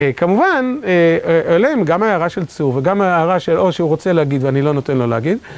כמובן עליהם גם ההערה של צור וגם ההערה של או שהוא רוצה להגיד ואני לא נותן לו להגיד.